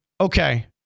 okay